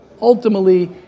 ultimately